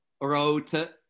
wrote